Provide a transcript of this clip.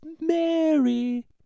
Mary